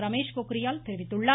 ரமேஷ் பொக்கிரியால் தெரிவித்துள்ளார்